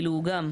גם.